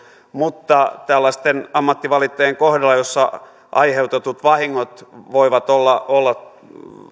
mutta tällaisten ammattivalittajien kohdalla kun aiheutetut vahingot voivat olla olla